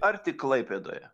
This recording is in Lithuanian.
ar tik klaipėdoje